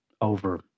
over